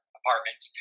apartment